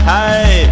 Hey